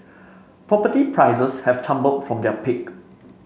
property prices have tumbled from their peak